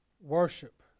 worship